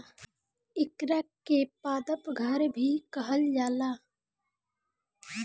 एकरा के पादप घर भी कहल जाला